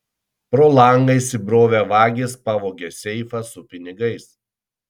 pro langą įsibrovę vagys pavogė seifą su pinigais